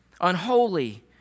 unholy